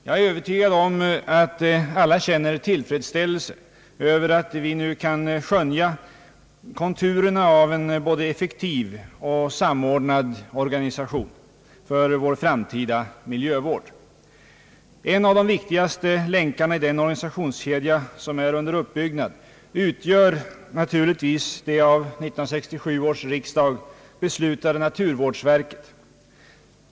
Jag är övertygad om att alla känner tillfredsställelse över att vi nu kan skönja konturerna av en både effektiv och samordnad organisation för vår framtida miljövård. En av de viktigaste delarna i den miljövårdsorganisation som är under uppbyggnad är naturligtvis det av 1967 års riksdag beslutade naturvårdsverket.